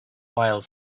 while